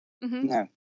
No